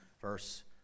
verse